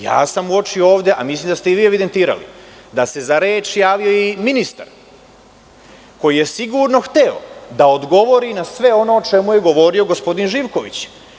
Ja sam uočio ovde, a mislim da ste i vi evidentirali, da se za reč javio i ministar koji je sigurno hteo da odgovori na sve ono o čemu je govorio gospodin Živković.